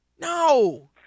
No